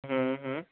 હા હા